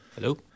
Hello